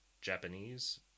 Japanese